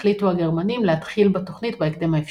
החליטו הגרמנים להתחיל בתוכנית בהקדם האפשרי.